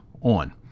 on